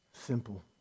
Simple